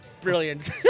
brilliant